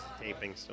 taping